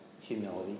humility